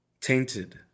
tainted